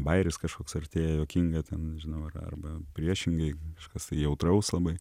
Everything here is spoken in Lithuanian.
bajeris kažkoks artėja juokinga ten nežinau arba priešingai kažkas tai jautraus labai